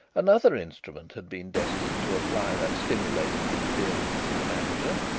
another instrument had been destined to apply that stimulating experience to the manager.